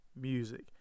music